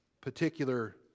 particular